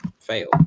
Fail